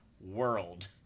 world